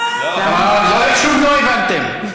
שוב, לא הבנתם.